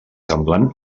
semblant